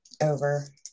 over